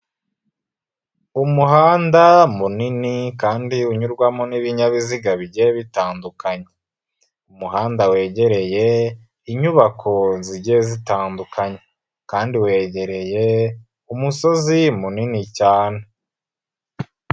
Umuhanda munini kandi unyurwamo n'ibinyabiziga bigiye bitandukanye, umuhanda wegereye inyubako zigiye zitandukanye kandi wegereye umusozi munini cyane.